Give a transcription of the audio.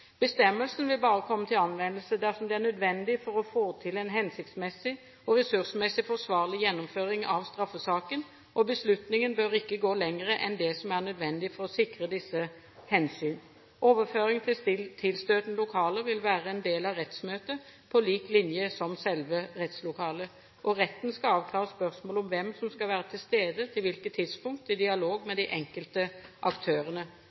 Bestemmelsen vil bare komme til anvendelse dersom det er nødvendig for å få til en hensiktsmessig og ressursmessig forsvarlig gjennomføring av straffesaken, og beslutningen bør ikke gå lenger enn det som er nødvendig for å sikre disse hensyn. Overføring til tilstøtende lokaler vil være en del av rettsmøtet, på lik linje med selve rettslokalet. Retten skal avklare spørsmål om hvem som skal være til stede til hvilke tidspunkt, i dialog med de enkelte aktørene.